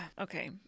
okay